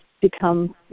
become